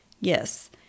Yes